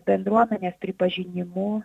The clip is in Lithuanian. bendruomenės pripažinimu